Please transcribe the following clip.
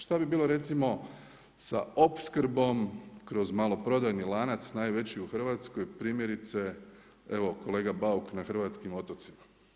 Šta bi bilo recimo sa opskrbom kroz maloprodajni lanac najveći u Hrvatskoj primjerice evo kolega Bauk na hrvatskim otocima.